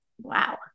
Wow